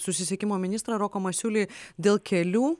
susisiekimo ministrą roką masiulį dėl kelių